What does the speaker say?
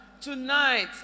Tonight